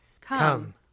Come